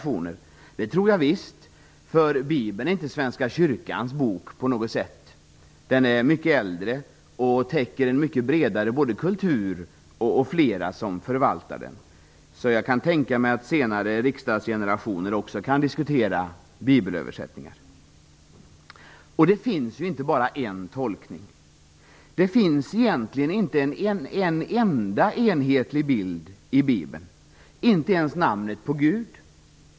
Men det tror jag visst, för Bibeln är inte Svenska kyrkans bok på något sätt. Den är mycket äldre och täcker en mycket bredare kultur, och det är fler som förvaltar den. Jag kan därför tänka mig att kommande generationer i riksdagen också kommer att diskutera bibelöversättningar. Det finns ju inte bara en tolkning. Det finns egentligen inte en enda enhetlig bild i Bibeln, inte ens namnet på Gud.